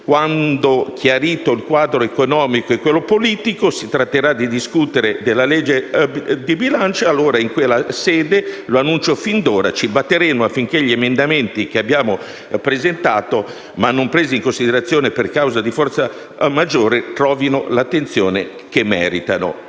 quando, chiarito il quadro economico e quello politico, si tratterà di discutere della legge di bilancio. In quella sede, lo annuncio fin da ora, ci batteremo affinché gli emendamenti che abbiamo presentato, ma non presi in considerazione per causa di forza maggiore, ritrovino l'attenzione che meritano.